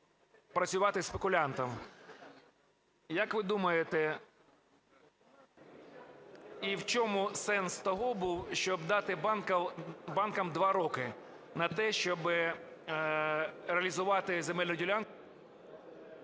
працювати спекулянтам. Як ви думаєте, і в чому сенс того був, щоб дати банкам 2 роки на те, щоб реалізувати земельну...